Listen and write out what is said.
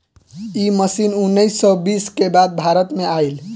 इ मशीन उन्नीस सौ बीस के बाद भारत में आईल